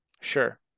Sure